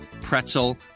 pretzel